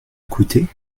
coûté